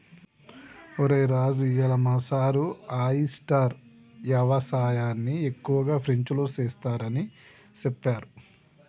ఒరై రాజు ఇయ్యాల మా సారు ఆయిస్టార్ యవసాయన్ని ఎక్కువగా ఫ్రెంచ్లో సెస్తారని సెప్పారు